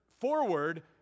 forward